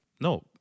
No